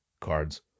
cards